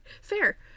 Fair